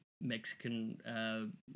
Mexican